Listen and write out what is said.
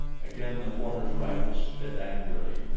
again the former's rifle spit angrily,